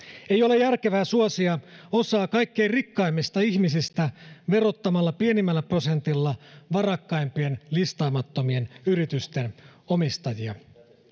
ei ole järkevää suosia osaa kaikkein rikkaimmista ihmisistä verottamalla pienimmällä prosentilla varakkaimpien listaamattomien yritysten omistajia